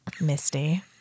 Misty